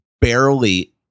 barely